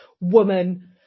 woman